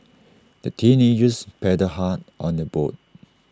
the teenagers paddled hard on their boat